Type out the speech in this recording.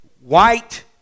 white